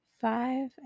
five